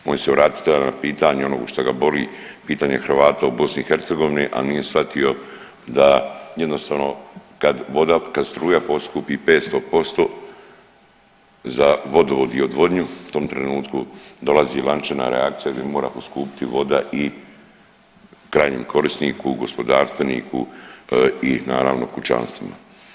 Onda ću se vratit na pitanje onoga što ga boli, pitanje Hrvata u BiH, a nije shvatio da jednostavno kad struja poskupi 500% za vodovod i odvodnju u tom trenutku dolazi lančana reakcija gdje mora poskupiti voda i krajnjem korisniku, gospodarstveniku i naravno kućanstvima.